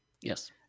Yes